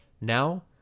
Now